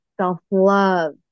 self-love